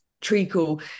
Treacle